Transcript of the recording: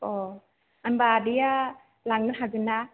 होनबा आदैया लांनो हागोनना